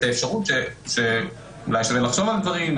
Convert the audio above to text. את האפשרות שאולי שנחשוב על דברים,